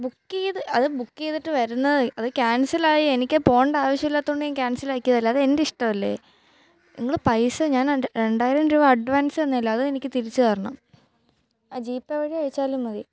book ചെയ്ത് അത് book ചെയ്തിട്ട് വരുന്നത് അത് ക്യാന്സല് ആയി എനിക്ക് പോകണ്ട ആവശ്യം ഇല്ലാത്തതുകൊണ്ട് ഞാന് ക്യാന്സല് ആക്കിയതല്ലേ അതെന്റെ ഇഷ്ടമല്ലേ നിങ്ങള് പൈസ ഞാനതിന്റെ രണ്ടായിരം രൂപ അഡ്വാന്സ് തന്നയല്ലേ അതെനിക്ക് തിരിച്ചു തരണം ജി പേ വഴി അയച്ചാലും മതി